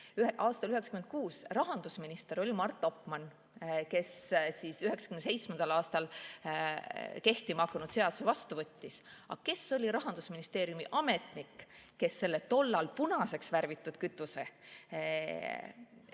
Aastal 1996 oli rahandusminister Mart Opmann, kes 1997. aastal kehtima hakanud seaduse vastu võttis. Aga kes oli Rahandusministeeriumi ametnik, kes selle tollal punaseks värvitud kütuse